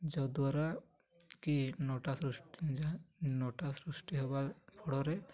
ଯଦ୍ୱାରା କି ଲତା ସୃଷ୍ଟି ଯାହା ଲତା ସୃଷ୍ଟି ହେବା ଫଳରେ